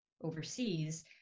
overseas